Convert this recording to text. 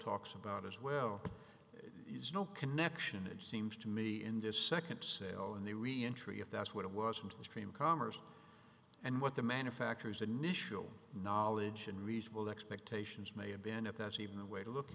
talks about as well no connection it seems to me in just seconds and the reentry if that's what it was into the stream commerce and what the manufacturers initial knowledge and reasonable expectations may have been if that's even the way to look